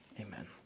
Amen